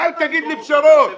ואל תגידו לי: פשרות.